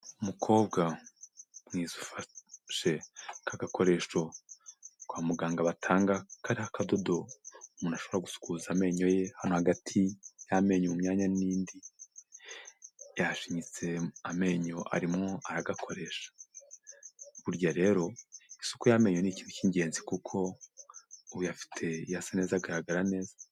Umukobwa mwiza ufashe aka gakoresho kwa muganga batanga, kariho akadodo umuntu ashobora gusukuza amenyo ye, hano hagati y'amenyo mu myanya n'indi, yashinyitse amenyo arimwo aragakoresha. Burya rero, isuku y'amenyo ni ikintu cy'ingenzi kuko uyafite asa neza, agaragara neza.